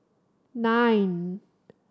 nine